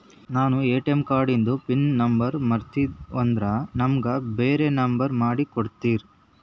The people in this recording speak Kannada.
ನಾನು ಎ.ಟಿ.ಎಂ ಕಾರ್ಡಿಂದು ಪಿನ್ ನಂಬರ್ ಮರತೀವಂದ್ರ ನಮಗ ಬ್ಯಾರೆ ನಂಬರ್ ಮಾಡಿ ಕೊಡ್ತೀರಿ?